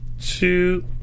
two